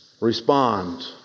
respond